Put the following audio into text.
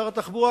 שר התחבורה,